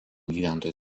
gyventojų